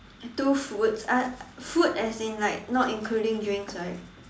two foods uh food as in like not including drinks right